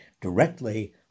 directly